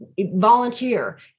Volunteer